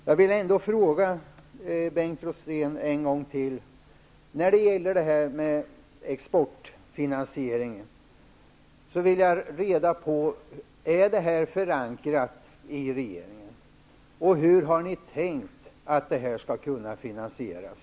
Jag vill ändå en gång till fråga Bengt Rosén om exportfinansieringen. Jag vill ha reda på om det här är förankrat i regeringen. Och hur har ni tänkt att det skall finansieras?